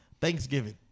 thanksgiving